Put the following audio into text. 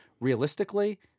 realistically